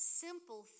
simple